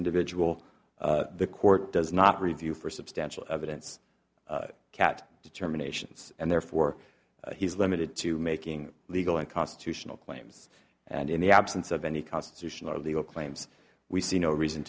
individual the court does not review for substantial evidence cat determinations and therefore he's limited to making legal and constitutional claims and in the absence of any constitutional legal claims we see no reason